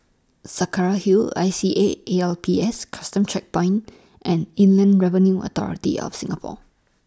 Saraca Hill I C A A L P S Custom Checkpoint and Inland Revenue Authority of Singapore